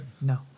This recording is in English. No